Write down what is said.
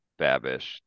Babish